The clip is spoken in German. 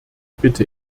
bitte